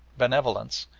benevolence,